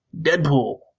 Deadpool